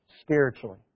spiritually